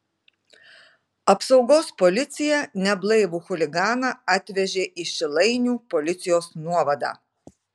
apsaugos policija neblaivų chuliganą atvežė į šilainių policijos nuovadą